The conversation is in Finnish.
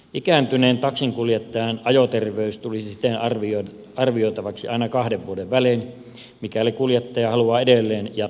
ikääntyneen taksinkuljettajan ajoterveys tulisi siten arvioitavaksi aina kahden vuoden välein mikäli kuljettaja haluaa edelleen jatkaa taksinkuljettajana